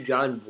John